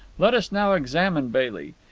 let us now examine bailey.